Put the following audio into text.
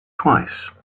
twice